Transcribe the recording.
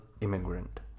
immigrant